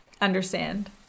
understand